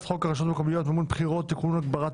הצעת חוק הרשויות המקומיות (מימון בחירות) (תיקון הגברת